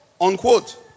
unquote